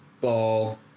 Ball